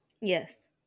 Yes